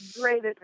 great